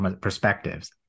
perspectives